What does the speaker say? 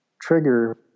trigger